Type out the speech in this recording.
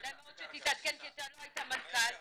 כדאי מאוד שתתעדכן כי אתה לא היית מנכ"ל --- רגע,